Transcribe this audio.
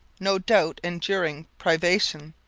no doubt enduring privation,